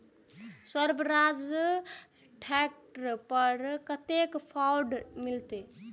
Swaraj tractor पर कतेक offer मिलते?